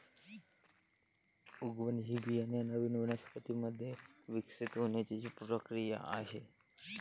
उगवण ही बियाणे नवीन वनस्पतीं मध्ये विकसित होण्याची प्रक्रिया आहे